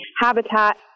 habitat